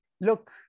Look